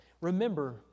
Remember